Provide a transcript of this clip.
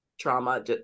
trauma